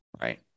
right